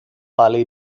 valley